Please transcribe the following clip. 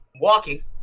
walking